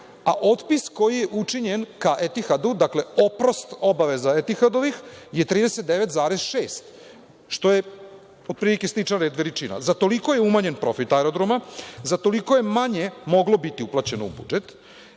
a otpis koji je učinjen ka „Etihadu“, dakle, oprost obaveza „Etihadovih“ je 39,6, što je otprilike slična veličina. Za toliko je umanjen profit aerodroma, za toliko je manje moglo biti uplaćeno u budžet,